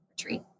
retreat